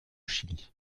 chili